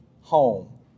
home